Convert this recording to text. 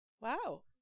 wow